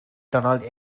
donald